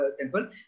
temple